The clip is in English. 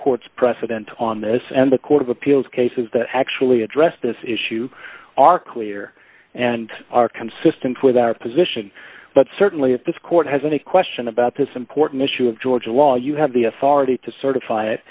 court's precedent on this and the court of appeals cases that actually address this issue are clear and are consistent with our position but certainly if this court has any question about this important issue of georgia law you have the authority to certify it